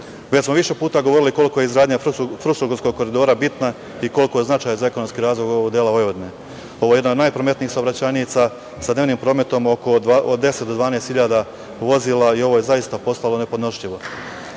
smo više puta govorili koliko je izgradnja Fruškogorskog koridora bitna i koliko je značajna za ekonomski razvoj ovog dela Vojvodine. Ovo je jedna od najprometnijih saobraćajnica sa dnevnim prometom od 10.000 do 12.000 vozila i ovo je zaista postalo nepodnošljivo.